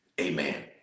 amen